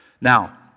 Now